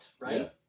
right